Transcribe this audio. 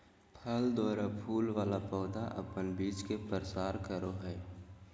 फल द्वारा फूल वाला पौधा अपन बीज के प्रसार करो हय